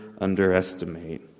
underestimate